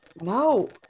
No